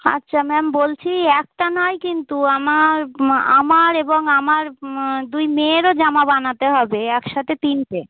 আচ্ছা ম্যাম বলছি একটা নয় কিন্তু আমার আমার এবং আমার দুই মেয়েরও জামা বানাতে হবে এক সাথে তিনটে